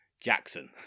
Jackson